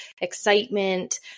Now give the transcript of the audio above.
excitement